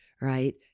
right